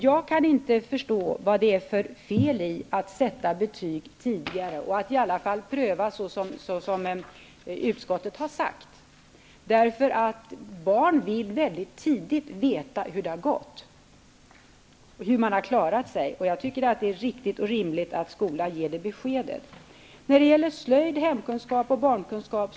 Jag kan inte förstå vad det är för fel i att sätta betyg på ett tidigt stadium -- eller att i varje fall göra en prövning, såsom utskottet har uttalat. Barn vill tidigt veta hur det har gått för dem och hur de har klarat sig. Jag tycker att det är riktigt och rimligt att skolan ger dem det beskedet. Vidare har vi frågan om slöjd, hemkunskap och barnkunskap.